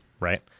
right